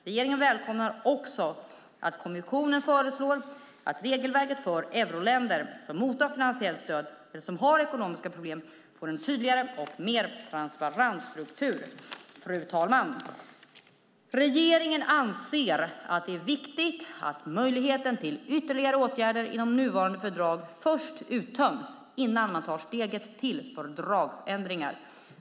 Regeringen välkomnar också att kommissionen föreslår att regelverket för euroländer som mottar finansiellt stöd eller som har ekonomiska problem får en tydligare och mer transparent struktur. Fru talman! Regeringen anser att det är viktigt att möjligheten till ytterligare åtgärder inom nuvarande fördrag först uttöms innan man tar steget till fördragsändringar.